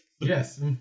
Yes